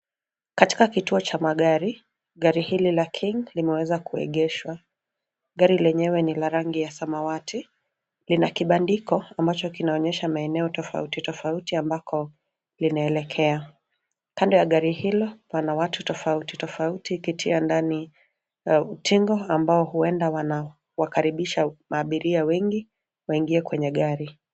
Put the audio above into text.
Katika kituo cha magari, gari hili la King limeweza kuegeshwa gari lenyewe ni la rangi ya samawati lina kibandiko amabacho kinaonyesha maeneo tofauti tofauti ambakao linaelekea. Kando ya gari hilo kuna watu tofauti tofauti ndani ya utingo amabao huenda wanawakribisha maabiria wengi waingie kwenye gari.